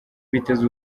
biteze